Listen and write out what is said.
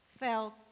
felt